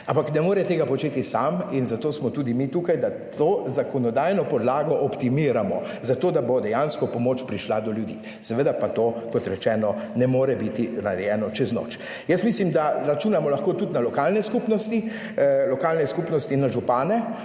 ne more tega početi sam, in zato smo tudi mi tukaj, da to zakonodajno podlago optimiramo zato, da bo dejansko pomoč prišla do ljudi. Seveda pa to, kot rečeno, ne more biti narejeno čez noč. Jaz mislim, da računamo lahko tudi na lokalne skupnosti, lokalne skupnosti, na župane,